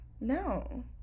No